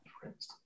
friends